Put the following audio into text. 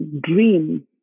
dream